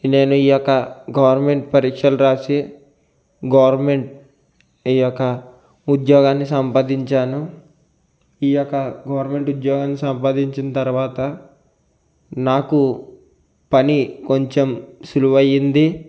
నేను ఈ యొక్క గవర్నమెంట్ పరీక్షలు రాసి గవర్నమెంట్ ఈ యొక్క ఉద్యోగాన్ని సంపాదించాను ఈ యొక్క గవర్నమెంట్ ఉద్యోగాన్ని సంపాదించిన తర్వాత నాకు పని కొంచెం సులువయింది